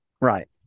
Right